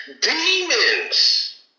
demons